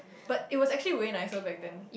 but it was actually way nicer back then